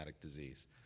disease